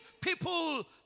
people